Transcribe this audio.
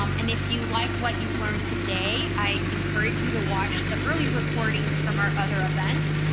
um and if you like what you learn today, i encourage you to watch the early recordings from our other events.